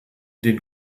den